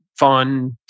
Fun